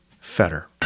Fetter